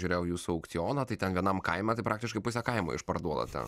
žiūrėjau jūsų aukcioną tai ten vienam kaime tai praktiškai pusę kaimo išparduoda ten